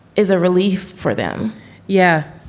is a relief for them yeah.